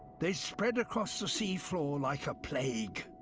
they spread across the seafloor like a plague.